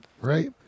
right